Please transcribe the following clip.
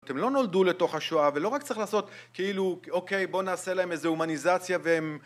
הם לא נולדו לתוך השואה, ולא רק צריך לעשות, כאילו, אוקיי, בוא נעשה להם איזה הומניזציה והם...